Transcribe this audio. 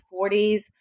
40s